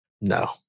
No